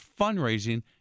Fundraising